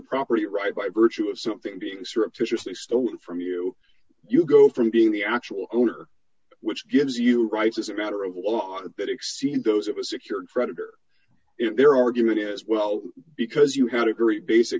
property right by virtue of something being surreptitiously stolen from you you go from being the actual owner which gives you rights as a matter of law that exceed those of a secured credit or their argument as well because you had a very basic